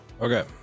okay